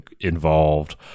involved